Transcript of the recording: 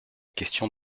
question